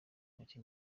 make